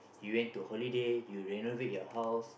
you went to holiday you renovate your house